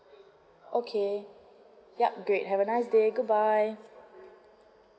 okay yup great have a nice day goodbye